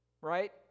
right